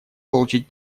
получить